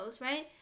right